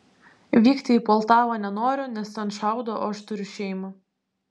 vykti į poltavą nenoriu nes ten šaudo o aš turiu šeimą